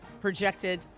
projected